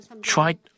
Tried